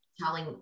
telling